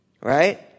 Right